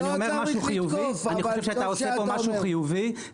הרי אנחנו לא מתכוונים למרוח שנים.